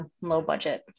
low-budget